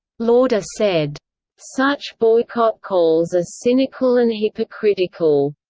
lauder said such boycott calls are cynical and hypocritical.